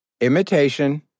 imitation